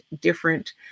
different